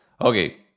okay